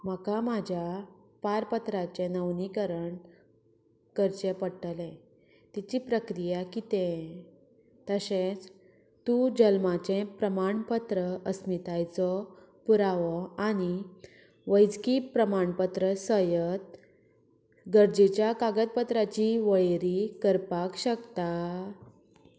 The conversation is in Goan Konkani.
म्हाका म्हज्या पारपत्राचें नवनीकरण करचें पडटलें तिची प्रक्रिया कितें तशेंच तूं जल्माचें प्रमाणपत्र अस्मितायेचो पुरावो आनी वैजकी प्रमाणपत्र सयत गरजेच्या कागदपत्राची वळेरी करपाक शकता